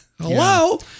hello